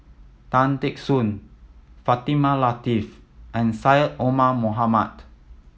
Tan Teck Soon Fatimah Lateef and Syed Omar Mohamed